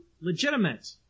legitimate